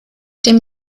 dem